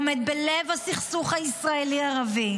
עומד בלב הסכסוך הישראלי ערבי.